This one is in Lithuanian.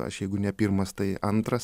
aš jeigu ne pirmas tai antras